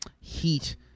heat